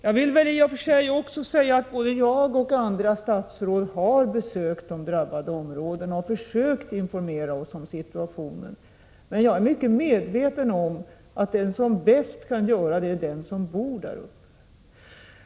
Jag vill i och för sig också säga att både jag och andra statsråd har besökt de drabbade områdena och försökt informera oss om situationen. Men jag är mycket medveten om att den som bäst kan göra det är den som bor där uppe.